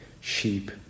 sheep